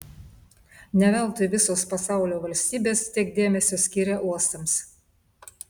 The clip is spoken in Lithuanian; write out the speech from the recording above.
ne veltui visos pasaulio valstybės tiek dėmesio skiria uostams